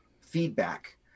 feedback